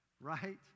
right